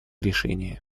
решения